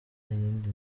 yindi